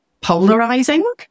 polarizing